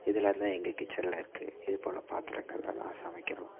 இதெல்லாம் தான் எங்கள் கிட்சனில் இருக்குது இதுப்போல் பாத்திரங்களில் தான் சமைக்கிறோம்